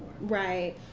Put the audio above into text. right